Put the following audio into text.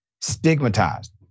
stigmatized